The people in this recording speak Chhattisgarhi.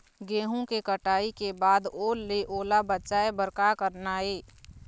गेहूं के कटाई के बाद ओल ले ओला बचाए बर का करना ये?